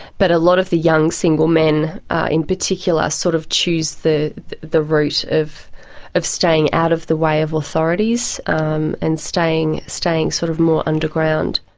but a lot of the young single men in particular sort of choose the the route of of staying out of the way of authorities um and staying staying sort of more underground.